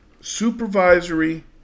Supervisory